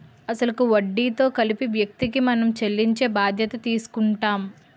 అసలు కు వడ్డీతో కలిపి వ్యక్తికి మనం చెల్లించే బాధ్యత తీసుకుంటాం